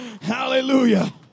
Hallelujah